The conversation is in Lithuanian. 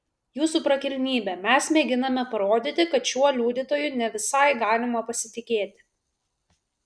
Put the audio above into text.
jūsų prakilnybe mes mėginame parodyti kad šiuo liudytoju ne visai galima pasitikėti